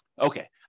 Okay